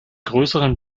größeren